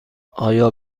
آیا